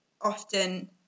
often